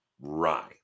Rye